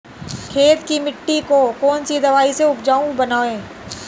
खेत की मिटी को कौन सी दवाई से उपजाऊ बनायें?